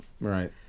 Right